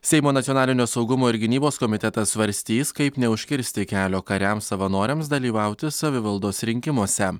seimo nacionalinio saugumo ir gynybos komitetas svarstys kaip neužkirsti kelio kariams savanoriams dalyvauti savivaldos rinkimuose